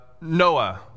Noah